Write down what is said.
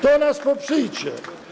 To nas poprzyjcie.